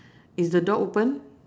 is the door open